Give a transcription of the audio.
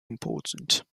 important